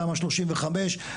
תמ"א 35,